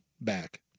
back